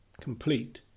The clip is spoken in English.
complete